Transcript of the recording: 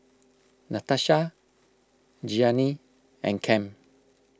Natasha Gianni and Cam